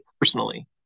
personally